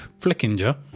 Flickinger